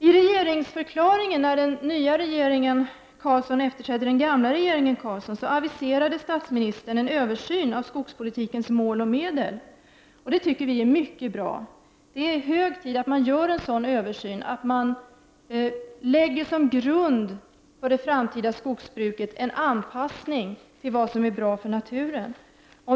I regeringsförklaringen, när den nya regeringen Carlsson efterträdde den gamla regeringen Carlsson, aviserade statsministern en översyn av skogspolitikens mål och medel, och vi tycker att detta är mycket bra. Det är hög tid att man gör en sådan översyn och att man som grund för det framtida skogsbruket gör en anpassning till vad som är bra för naturen.